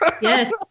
Yes